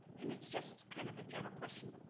and it's just kind of a general question,